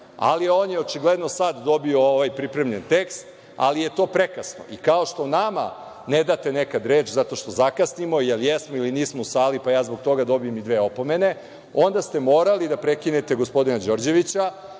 On je očigledno sad dobio ovaj pripremni tekst, ali je to prekasno. Kao što nama ne date nekad reč zato što zakasnimo, jer jesmo ili nismo u sali, pa ja zbog toga dobijem i dve opomene, onda ste morali da prekinete gospodina Đorđevića